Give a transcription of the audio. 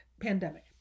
pandemic